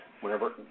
whenever